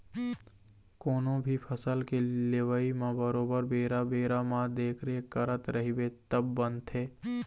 कोनो भी फसल के लेवई म बरोबर बेरा बेरा म देखरेख करत रहिबे तब बनथे